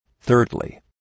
Thirdly